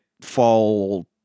fall